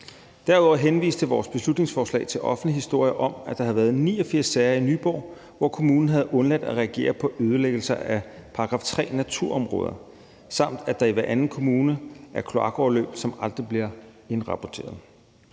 Derudover henviste vores beslutningsforslag til en offentlig historie om, at der havde været 89 sager i Nyborg, hvor kommunen havde undladt at reagere på ødelæggelser af § 3-naturområder, samt at der i hver anden kommune er kloakoverløb, som aldrig bliver indrapporteret.